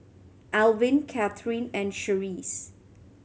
Elvin Catharine and Cherise